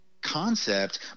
concept